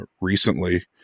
recently